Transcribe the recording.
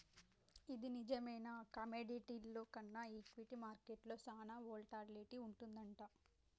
ఇది నిజమేనా కమోడిటీల్లో కన్నా ఈక్విటీ మార్కెట్లో సాన వోల్టాలిటీ వుంటదంటగా